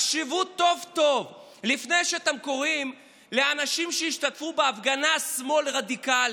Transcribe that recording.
תחשבו טוב טוב לפני שאתם קוראים לאנשים שהשתתפו בהפגנה "שמאל רדיקלי".